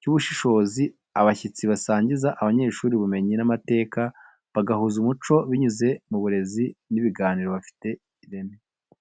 n’ubushishozi. Abashyitsi basangiza abanyeshuri ubumenyi n’amateka, bagahuza umuco binyuze mu burezi n’ibiganiro bifite ireme.